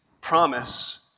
promise